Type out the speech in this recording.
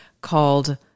called